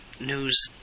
news